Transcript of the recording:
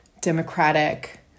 democratic